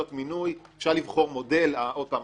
אפשר לבחור מודל עוד פעם,